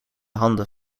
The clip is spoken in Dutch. handen